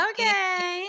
Okay